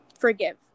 Forgive